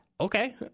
Okay